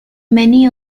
many